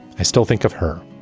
i still think of her.